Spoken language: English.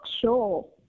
sure